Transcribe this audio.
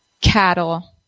cattle